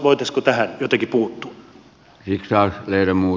voitaisiinko tähän jotenkin puuttua